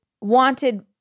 wanted